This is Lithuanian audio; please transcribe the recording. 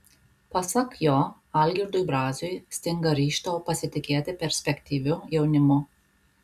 pasak jo algirdui braziui stinga ryžto pasitikėti perspektyviu jaunimu